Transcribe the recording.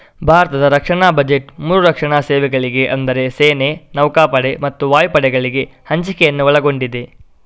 ಭಾರತದ ರಕ್ಷಣಾ ಬಜೆಟ್ ಮೂರು ರಕ್ಷಣಾ ಸೇವೆಗಳಿಗೆ ಅಂದರೆ ಸೇನೆ, ನೌಕಾಪಡೆ ಮತ್ತು ವಾಯುಪಡೆಗಳಿಗೆ ಹಂಚಿಕೆಯನ್ನು ಒಳಗೊಂಡಿದೆ